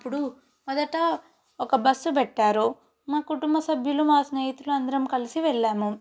అప్పుడు మొదట ఒక బస్సు పెట్టారు మా కుటుంబ సభ్యులం మా స్నేహితులం అందరం కలిసి వెళ్ళాము